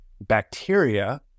bacteria